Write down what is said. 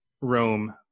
Rome